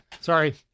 sorry